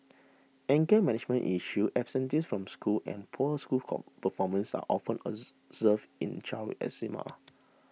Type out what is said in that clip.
anger management issues absenteeism from school and poor school performance are often observed in child eczema